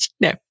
no